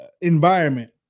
environment